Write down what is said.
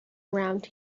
around